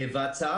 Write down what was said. ההצעה